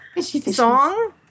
song